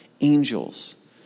angels